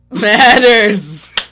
matters